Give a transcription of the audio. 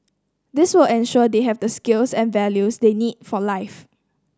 this will ensure they have the skills and values they need for life